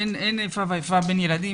אין איפה ואיפה בין ילדים,